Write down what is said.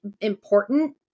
important